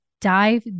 dive